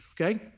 okay